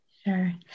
Sure